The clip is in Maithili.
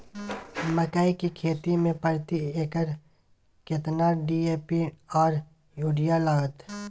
मकई की खेती में प्रति एकर केतना डी.ए.पी आर यूरिया लागत?